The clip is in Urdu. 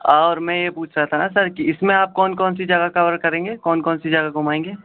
اور میں یہ پوچھ رہا تھا سر کہ اس میں آپ کون کون سی جگہ کور کریں گے کون کون سی جگہ گھمائیں گے